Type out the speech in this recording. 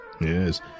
Yes